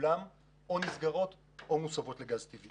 כולן או נסגרות או מוסבות לגז טבעי.